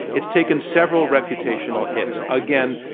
it's taken several reputational hits. again,